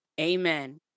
amen